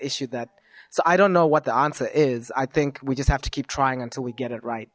issue that so i don't know what the answer is i think we just have to keep trying until we get it right